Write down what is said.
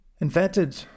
invented